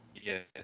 Yes